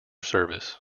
service